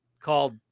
called